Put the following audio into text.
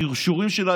בכישורים שלה,